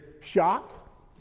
shock